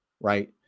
right